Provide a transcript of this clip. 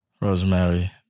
Rosemary